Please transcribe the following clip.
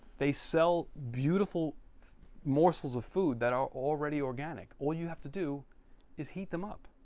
they sell beautiful morsels of food that are already organic. all you have to do is heat them up.